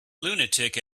lunatic